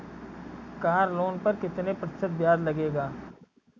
Car loan पर कितने प्रतिशत ब्याज लगेगा?